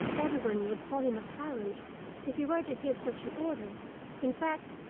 everyone would call him a tyrant if he were to give such an order in fact,